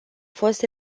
fost